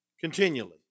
continually